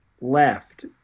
left